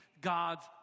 God's